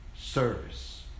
service